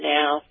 now